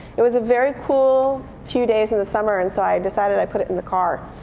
it was a very cool few days in the summer. and so i decided i'd put it in the car.